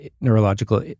neurological